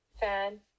fan